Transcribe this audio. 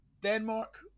Denmark